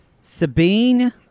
sabine